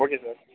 okay sir